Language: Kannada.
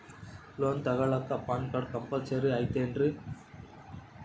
ಲೋನ್ ತೊಗೊಳ್ಳಾಕ ಪ್ಯಾನ್ ಕಾರ್ಡ್ ಕಂಪಲ್ಸರಿ ಐಯ್ತೇನ್ರಿ?